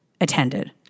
attended